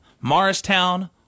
Morristown